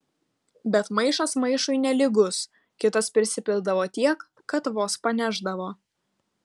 bet maišas maišui nelygus kitas prisipildavo tiek kad vos panešdavo